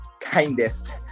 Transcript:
kindest